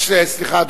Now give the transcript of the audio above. סליחה,